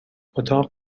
اتاق